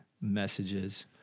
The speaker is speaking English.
messages